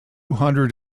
hundred